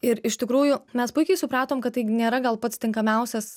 ir iš tikrųjų mes puikiai supratom kad tai nėra gal pats tinkamiausias